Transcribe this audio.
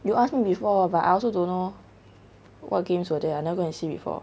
you ask me before what but I also don't know what games were there I also never go and see before